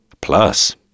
Plus